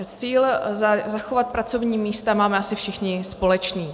Cíl zachovat pracovní místa máme asi všichni společný.